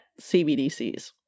CBDCs